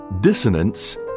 Dissonance